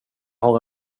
har